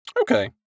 Okay